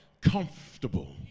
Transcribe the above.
comfortable